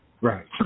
Right